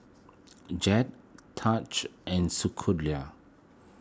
Jett Taj and